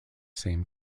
same